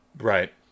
Right